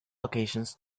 locations